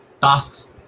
tasks